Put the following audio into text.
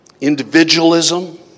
Individualism